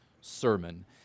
sermon